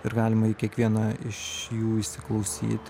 ir galima į kiekviena iš jų įsiklausyt